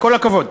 כל הכבוד.